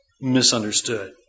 misunderstood